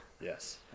Yes